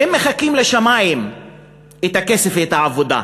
שהם מחכים מהשמים לכסף ולעבודה.